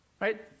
right